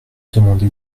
demandé